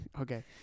Okay